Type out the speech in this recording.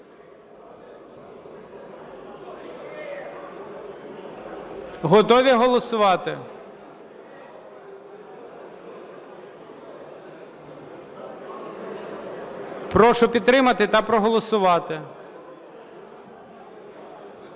Готові голосувати? Прошу підтримати та проголосувати.